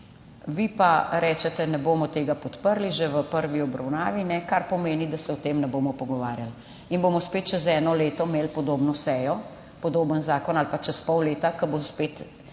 Vi pa rečete, ne bomo tega podprli že v prvi obravnavi ne, kar pomeni, da se o tem ne bomo pogovarjali in bomo spet čez eno leto imeli podobno sejo, podoben zakon, ali pa čez pol leta,